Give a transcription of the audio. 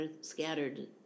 scattered